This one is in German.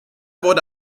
wurde